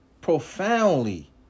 profoundly